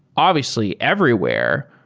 obviously everywhere,